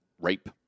rape